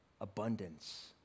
abundance